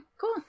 Cool